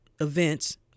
events